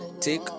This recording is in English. Take